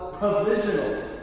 provisional